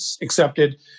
accepted